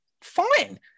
fine